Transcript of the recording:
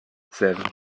seven